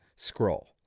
Scroll